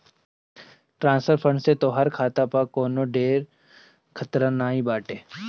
transfer fund से तोहार खाता पअ कवनो ढेर खतरा नाइ बाटे